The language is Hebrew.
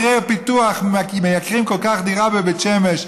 מחירי הפיתוח מייקרים כל כך דירה בבית שמש,